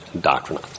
doctrine